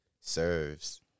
serves